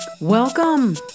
welcome